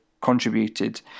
contributed